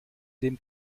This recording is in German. dem